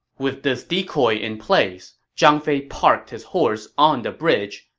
with this decoy in place, zhang fei parked his horse on the bridge,